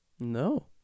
No